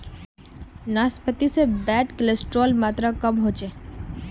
नाश्पाती से bad cholesterol मात्र कम होचे